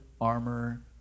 armor